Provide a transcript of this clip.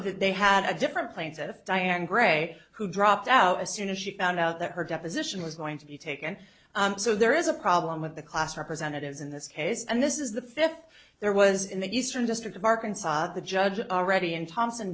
that they had a different plaintiff diane grey who dropped out as soon as she found out that her deposition was going to be taken so there is a problem with the class representatives in this case and this is the fifth there was in the eastern district of arkansas the judge already in thompson